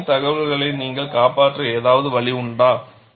சோதனையின் தகவல்களை நீங்கள் காப்பாற்ற ஏதாவது வழி உண்டா